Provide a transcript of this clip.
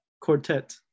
Quartet